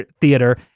Theater